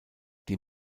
die